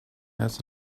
has